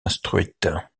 instruite